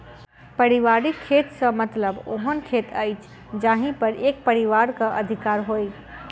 पारिवारिक खेत सॅ मतलब ओहन खेत अछि जाहि पर एक परिवारक अधिकार होय